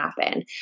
happen